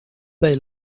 they